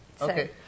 Okay